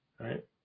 Right